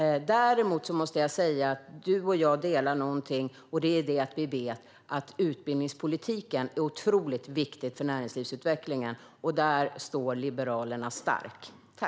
Vi delar dock en sak, och det är att vi vet att utbildningspolitiken är otroligt viktig för näringslivsutvecklingen. Här står Liberalerna starka.